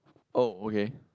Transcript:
oh okay